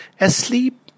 asleep